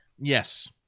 Yes